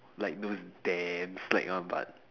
like those damn slack one but